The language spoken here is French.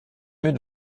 mieux